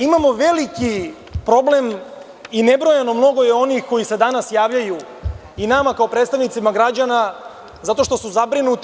Imamo veliki problem i nebrojeno mnogo je onih koji se danas javljaju i nama kao predstavnicima građana zato što su zabrinuti.